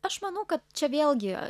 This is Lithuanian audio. aš manau kad čia vėlgi